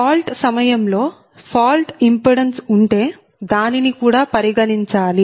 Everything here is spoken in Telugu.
ఫాల్ట్ సమయంలో ఫాల్ట్ ఇంపిడెన్స్ ఉంటే దానిని కూడా పరిగణించాలి